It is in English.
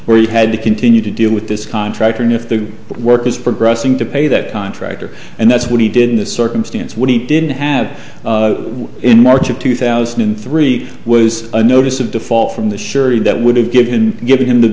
where you had to continue to deal with this contractor and if the work was progressing to pay that contractor and that's what he did in this circumstance what he didn't have in march of two thousand and three was a notice of default from the surety that would have given given him the